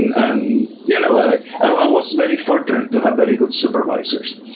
and you know ah i was very fortunate to have very good supervisors.